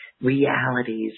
realities